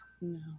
No